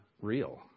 real